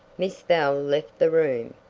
miss bell left the room,